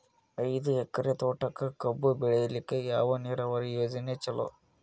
ಐದು ಎಕರೆ ತೋಟಕ ಕಬ್ಬು ಬೆಳೆಯಲಿಕ ಯಾವ ನೀರಾವರಿ ಯೋಜನೆ ಚಲೋ?